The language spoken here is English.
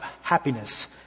happiness